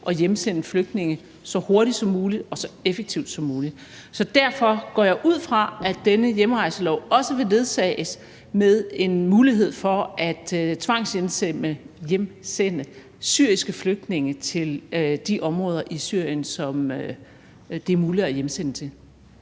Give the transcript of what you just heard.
at hjemsende flygtninge så hurtigt som muligt og så effektivt som muligt. Derfor går jeg ud fra, at denne hjemrejselov også vil ledsages af en mulighed for at tvangshjemsende syriske flygtninge til de områder i Syrien, som det er muligt at hjemsende til.